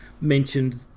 mentioned